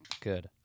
good